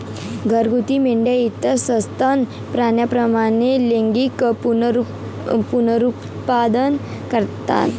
घरगुती मेंढ्या इतर सस्तन प्राण्यांप्रमाणे लैंगिक पुनरुत्पादन करतात